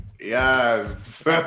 Yes